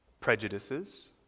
prejudices